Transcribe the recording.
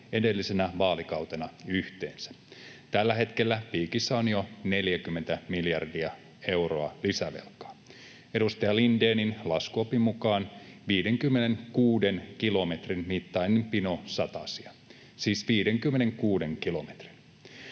edellisenä vaalikautena yhteensä. Tällä hetkellä piikissä on jo 40 miljardia euroa lisävelkaa — edustaja Lindénin laskuopin mukaan 56 kilometrin mittainen pino satasia, siis 56 kilometrin.